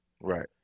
Right